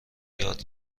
یاد